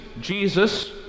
Jesus